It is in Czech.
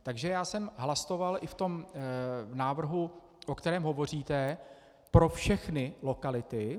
Takže já jsem hlasoval i v návrhu, o kterém hovoříte, pro všechny lokality.